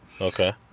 Okay